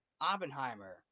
Oppenheimer